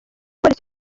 polisi